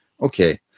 Okay